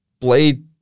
played